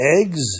eggs